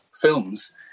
films